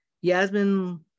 Yasmin